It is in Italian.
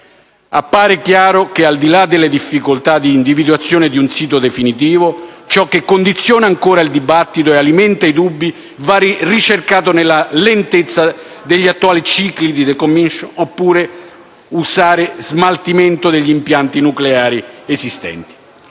Appare chiaro che, al di là delle difficoltà di individuazione di un sito definitivo, ciò che condiziona ancora il dibattito ed alimenta i dubbi va ricercato nella lentezza negli attuali cicli di *decommissioning* degli impianti nucleari esistenti,